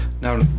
now